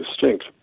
distinct